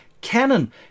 canon